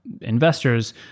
investors